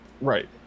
right